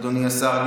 אדוני השר,